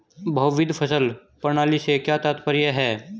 बहुविध फसल प्रणाली से क्या तात्पर्य है?